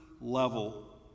level